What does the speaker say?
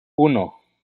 uno